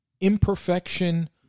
imperfection